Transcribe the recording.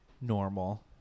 Normal